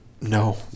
No